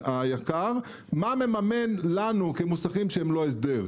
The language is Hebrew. מה מממן לנו כמוסכים שהם לא הסדר.